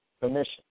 Commission